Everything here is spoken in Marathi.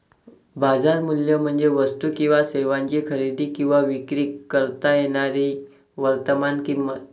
बाजार मूल्य म्हणजे वस्तू किंवा सेवांची खरेदी किंवा विक्री करता येणारी वर्तमान किंमत